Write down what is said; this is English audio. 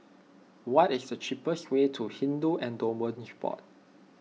what is the cheapest way to Hindu Endowments Board